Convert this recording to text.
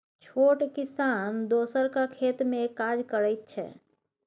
छोट किसान दोसरक खेत मे काज करैत छै